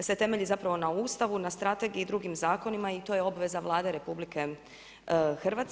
se temelji na Ustavu, na strategiji i drugim zakonima i to je obveza Vlade RH.